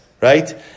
right